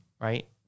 right